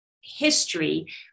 history